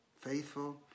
faithful